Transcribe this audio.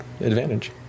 advantage